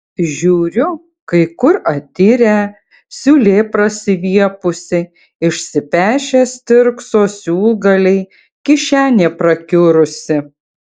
žiūriu kai kur atirę siūlė prasiviepusi išsipešę stirkso siūlgaliai kišenė prakiurusi